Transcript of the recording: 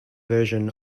version